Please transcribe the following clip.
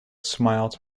smiled